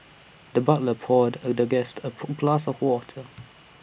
the butler poured A the guest A of water